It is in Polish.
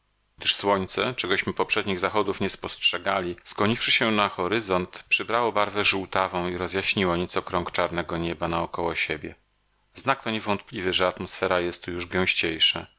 gdyż słońce czegośmy poprzednich zachodów nie spostrzegali skłoniwszy się na horyzont przybrało barwę żółtawą i rozjaśniło nieco krąg czarnego nieba naokoło siebie znak to niewątpliwy że atmosfera jest tu już gęściejsza